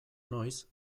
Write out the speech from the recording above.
noiz